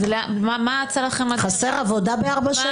אז מה היה יצא לכם --- חסר עבודה בארבע שנים?